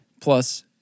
Plus